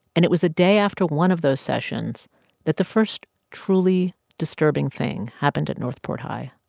and it was a day after one of those sessions that the first truly disturbing thing happened at north port high